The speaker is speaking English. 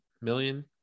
million